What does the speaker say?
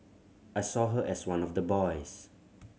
I saw her as one of the boys